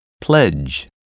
pledge